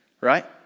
Right